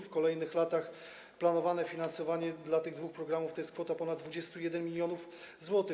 W kolejnych latach planowane finansowanie dla tych dwóch programów to jest kwota ponad 21 mln zł.